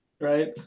right